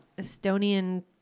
Estonian